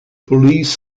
police